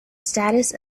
status